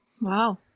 Wow